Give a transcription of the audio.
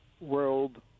world